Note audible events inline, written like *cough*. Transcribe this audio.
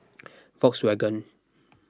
*noise* Volkswagen